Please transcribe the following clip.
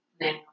now